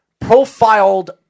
profiled